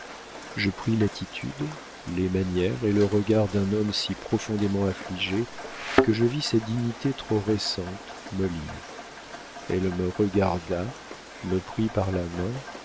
je pris l'attitude les manières et le regard d'un homme si profondément affligé que je vis sa dignité trop récente mollir elle me regarda me prit par la main